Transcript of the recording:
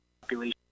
population